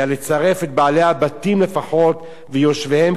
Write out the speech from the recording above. וילדים, הבתים שייכים להם,